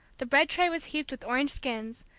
the bread tray was heaped with orange skins,